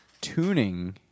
tuning